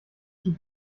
tut